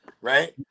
right